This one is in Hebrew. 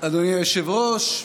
אדוני היושב-ראש,